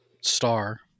star